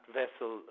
vessel